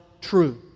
true